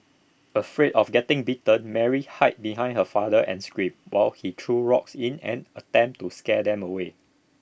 afraid of getting bitten Mary hide behind her father and screamed while he threw rocks in an attempt to scare them away